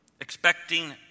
expecting